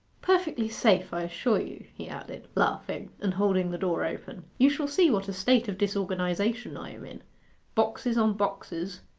perfectly safe, i assure you he added, laughing, and holding the door open. you shall see what a state of disorganization i am in boxes on boxes,